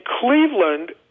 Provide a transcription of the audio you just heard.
Cleveland